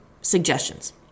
suggestions